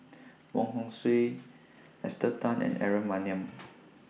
Wong Hong Suen Esther Tan and Aaron Maniam